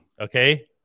Okay